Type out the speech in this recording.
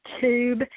tube